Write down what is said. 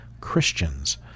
Christians